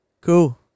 Cool